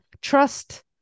trust